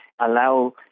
allow